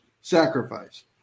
sacrifice